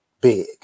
big